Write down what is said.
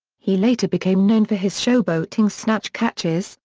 he later became known for his showboating snatch catches,